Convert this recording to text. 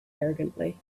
arrogantly